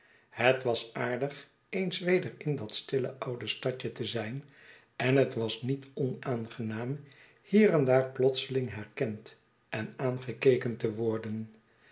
plet was aardig eens weder in dat stille oude stadje te zijn en het was niet onaangenaam hier en daar plotseling herkend en aangekeken te worden